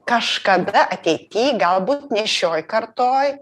kažkada ateity galbūt šioj kartoj